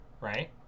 right